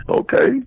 Okay